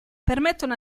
permettono